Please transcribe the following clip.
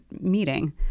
meeting